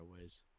ways